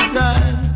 time